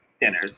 dinners